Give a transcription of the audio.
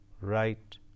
right